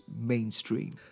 mainstream